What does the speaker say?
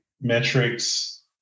metrics